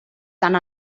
tant